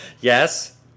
Yes